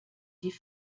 die